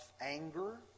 anger